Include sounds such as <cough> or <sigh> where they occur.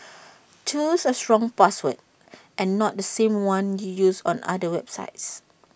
choose A strong password and not the same <noise> one you use on other websites